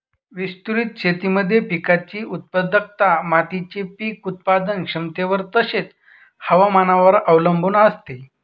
विस्तृत शेतीमध्ये पिकाची उत्पादकता मातीच्या पीक उत्पादन क्षमतेवर तसेच, हवामानावर अवलंबून असते